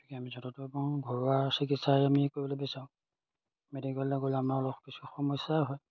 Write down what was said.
গতিকে আমি য'তদূৰ পাৰোঁ ঘৰুৱা চিকিৎসাই আমি কৰিবলৈ বিচাৰোঁ মেডিকেললৈ গ'লে আমাৰ অলপ কিছু সমস্যাও হয়